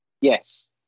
yes